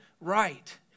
right